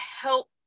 help